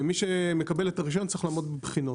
מי שמקבל את הרישיון צריך לעמוד בבחינות.